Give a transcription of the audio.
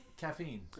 Caffeine